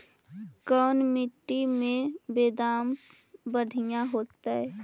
कोन मट्टी में बेदाम बढ़िया होतै?